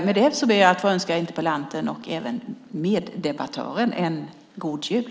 Med detta ber jag att få önska interpellanten och även meddebattören en god jul.